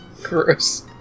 Gross